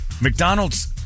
McDonald's